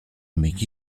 make